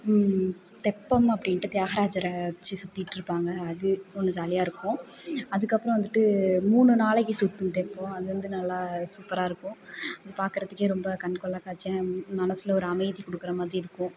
தெப்பம் அப்படின்ட்டு தியாகராஜரை வச்சு சுற்றிட்ருப்பாங்க அது கொஞ்சம் ஜாலியாக இருக்கும் அதுக்கப்புறம் வந்துட்டு மூணு நாளைக்கு சுற்றும் தெப்பம் அது வந்து நல்லா சூப்பராக இருக்கும் அது பார்க்குறதுக்கே ரொம்ப கண்கொள்ளாத காட்சியாக மனசில் ஒரு அமைதி கொடுக்குற மாதிரி இருக்கும்